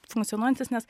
funkcionuojantis nes